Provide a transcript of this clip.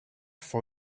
for